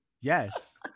Yes